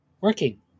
working